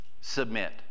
submit